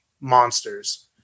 monsters